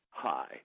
Hi